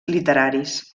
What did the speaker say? literaris